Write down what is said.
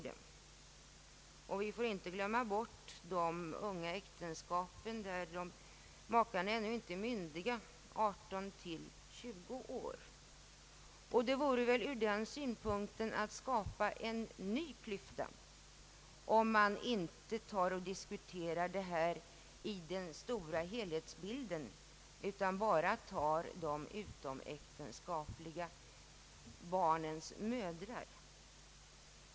Vi får heller inte glömma bort de unga äktenskapen där makarna ännu inte är myndiga utan befinner sig i åldern 18—20 år. Det vore väl ur denna synpunkt att skapa en ny klyfta, om man inte diskuterar detta i den stora helhetsbilden, utan bara tar med de utomäktenskapliga barnens mödrar.